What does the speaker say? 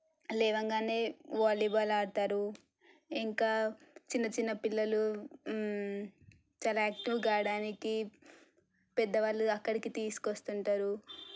లేవగానే వాలీబాల్ ఆడతారు ఇంకా చిన్న చిన్న పిల్లలు చాలా యాక్టీవ్ కావడానికి పెద్దవాళ్ళు అక్కడికి తీసుకొస్తుంటారు